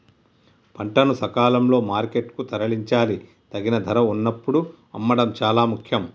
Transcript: పంటను సకాలంలో మార్కెట్ కు తరలించాలి, తగిన ధర వున్నప్పుడు అమ్మడం చాలా ముఖ్యం